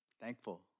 thankful